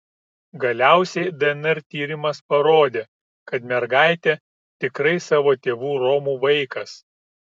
galiausiai dnr tyrimas parodė kad mergaitė tikrai savo tėvų romų vaikas